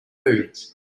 food